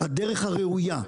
הדרך הראויה,